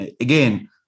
again